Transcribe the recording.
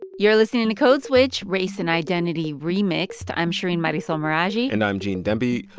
you're listening to code switch, race and identity remixed. i'm shereen marisol meraji and i'm gene demby.